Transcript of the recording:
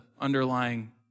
underlying